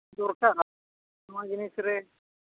ᱫᱚᱨᱠᱟᱨᱟ ᱱᱚᱣᱟ ᱡᱤᱱᱤᱥ ᱨᱮ